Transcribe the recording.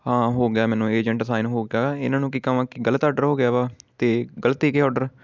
ਹਾਂ ਹੋ ਗਿਆ ਮੈਨੂੰ ਏਜੰਟ ਅਸਾਈਨ ਹੋ ਗਿਆ ਇਹਨਾਂ ਨੂੰ ਕੀ ਕਹਾਂ ਕਿ ਗਲਤ ਆਡਰ ਹੋ ਗਿਆ ਵਾ ਅਤੇ ਗਲਤ ਹੀਗੇ ਆਡਰ